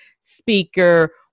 speaker